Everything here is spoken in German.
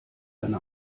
eine